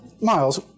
Miles